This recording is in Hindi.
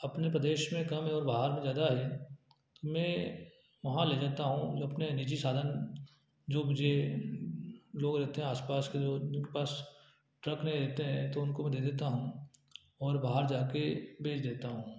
अपने प्रदेश में कम और बाहर में ज़्यादा है मैं वहाँ ले जाता हूँ अपने निजी साधन जो मुझे लोग रहते हैं आसपास के जिनके पास ट्रक लेते हैं तो उनको मैं दे देता हूँ और बाहर जाकर बेच देता हूँ